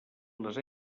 les